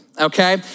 okay